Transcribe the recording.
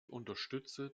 unterstütze